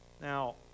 Now